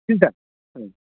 चिन्ता